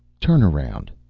turn around!